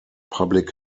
public